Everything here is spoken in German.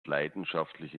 leidenschaftliche